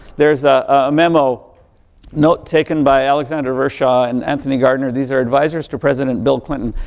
there is a memo note taken by alexandra ramshaw and anthony gardner. these are advisers to president bill clinton.